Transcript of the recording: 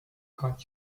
cut